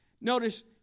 Notice